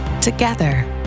Together